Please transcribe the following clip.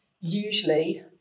usually